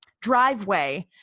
driveway